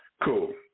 Cool